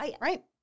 Right